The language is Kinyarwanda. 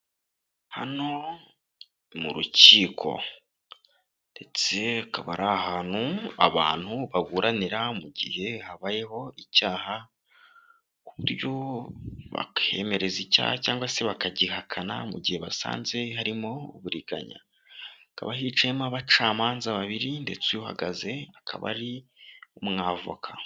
Hano mu rukiko ndetse akaba ari ahantu abantu baburanira mu gihe habayeho icyaha ku buryo bakemereza icyaha cyangwa se bakagihakana mu gihe basanze harimo uburiganya. Hakaba hicayemo abacamanza babiri ndetse uhagaze akaba ari umwavoka.